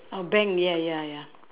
oh bank ya ya ya